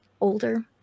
older